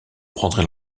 prendrait